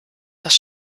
das